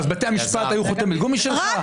בתי המשפט היו חותמת גומי שלך?